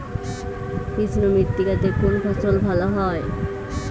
কৃষ্ণ মৃত্তিকা তে কোন ফসল ভালো হয়?